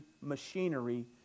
machinery